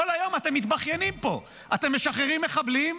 כל היום אתם מתבכיינים פה: אתם משחררים מחבלים,